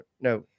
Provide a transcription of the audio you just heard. No